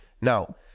Now